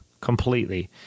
completely